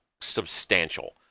substantial